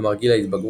כלומר גיל ההתבגרות,